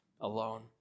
alone